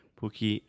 porque